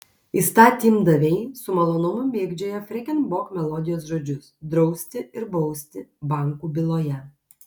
įstatymdaviai su malonumu mėgdžioja freken bok melodijos žodžius drausti ir bausti bankų byloje